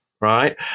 right